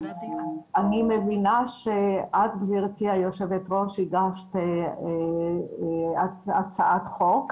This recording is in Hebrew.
אני מבינה שאת, גברתי היושבת ראש, הגשת הצעת חוק,